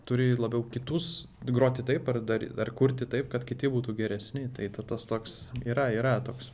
turi labiau kitus groti taip ar dar ar kurti taip kad kiti būtų geresni tai ta tas toks yra yra toks